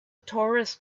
torus